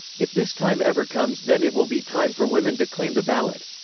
if this time ever comes then it will be time for women to claim the ballot.